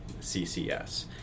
CCS